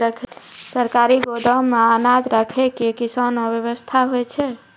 सरकारी गोदाम मे अनाज राखै के कैसनौ वयवस्था होय छै?